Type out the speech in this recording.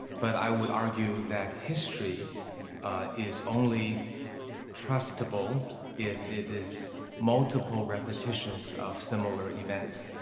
but i would argue that history is only trustable if it is multiple repetitions of similar events,